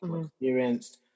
experienced